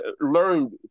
learned